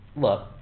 look